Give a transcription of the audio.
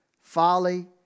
folly